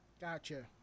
Gotcha